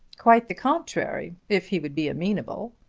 quite the contrary if he would be amenable.